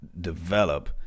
develop